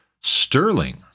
Sterling